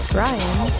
Brian